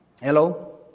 Hello